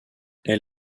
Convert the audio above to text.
elle